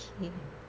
K